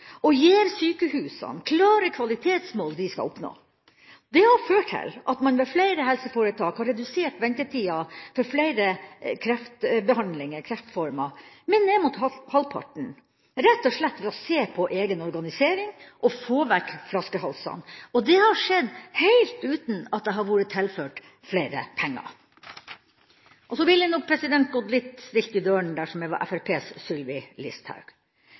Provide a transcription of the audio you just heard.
gir sykehusene klare kvalitetsmål som de skal oppnå. Det har ført til at man ved flere helseforetak har redusert ventetida med ned mot halvparten av tida for behandling av flere kreftformer, rett og slett ved å se på egen organisering og få vekk flaskehalsene. Det har skjedd helt uten at det har blitt tilført mer penger. Jeg ville nok gått litt stille i dørene dersom jeg var Fremskrittspartiets Sylvi Listhaug.